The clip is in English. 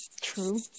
True